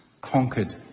conquered